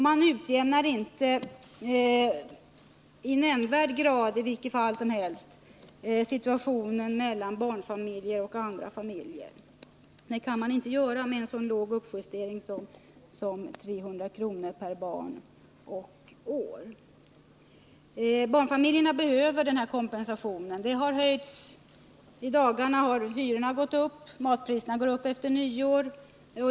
Man utjämnar inte relationen — inte i nämnvärd grad i vilket fall som helst — mellan barnfamiljer och andra familjer med en uppjustering på 300 kr. per barn och år. Barnfamiljerna behöver den kompensation som vi föreslår. I dagarna har hyrorna gått upp, och matpriserna går upp efter nyår.